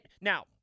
Now